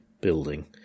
building